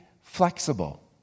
flexible